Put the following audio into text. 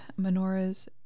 menorahs